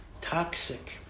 toxic